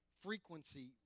frequency